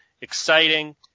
Exciting